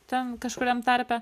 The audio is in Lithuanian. ten kažkuriam tarpe